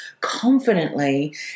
confidently